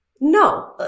no